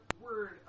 word